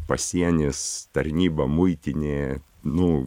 pasienis tarnyba muitinėje nu